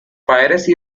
piracy